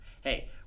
Hey